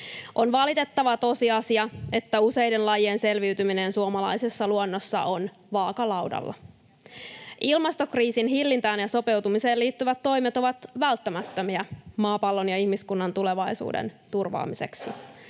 On valitettava tosiasia, että useiden lajien selviytyminen suomalaisessa luonnossa on vaakalaudalla. [Vasemmalta: Teidän ansiota!] Ilmastokriisin hillintään ja sopeutumiseen liittyvät toimet ovat välttämättömiä maapallon ja ihmiskunnan tulevaisuuden turvaamiseksi.